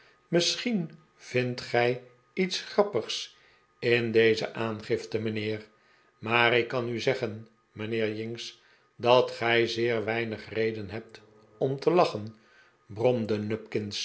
misschien vindt gij iets grappigs in deze aangifte mijnheer maar ik kan u zeggen mijnheer jinks dat gij zeer weinig reden hebt om te lachen